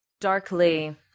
darkly